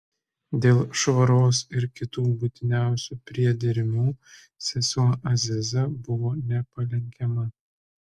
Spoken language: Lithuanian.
dėl švaros ir kitų būtiniausių priedermių sesuo aziza buvo nepalenkiama